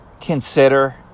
consider